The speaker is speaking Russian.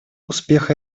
успех